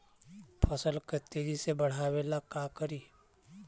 फसल के तेजी से बढ़ाबे ला का करि?